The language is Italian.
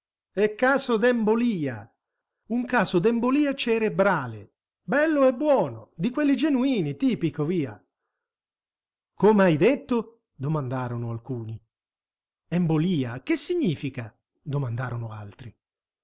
è caso d'embolia un caso d'embolia cerebrale bello e buono di quelli genuini tipico via com'hai detto domandarono alcuni embolia che significa domandarono altri